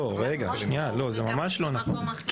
אין תלונות על תורים